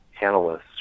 analysts